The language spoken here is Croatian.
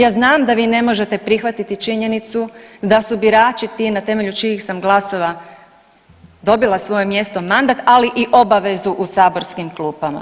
Ja znam da vi ne možete prihvatiti činjenu da su birači ti na temelju čijih sam glasova dobila svoje mjesto, mandat ali i obavezu u saborskim klupama.